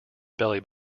belly